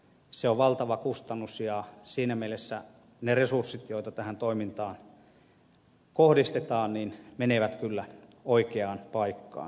se on valtava kustannus ja siinä mielessä ne resurssit joita tähän toimintaan kohdistetaan menevät kyllä oikeaan paikkaan